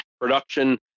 production